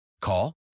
Call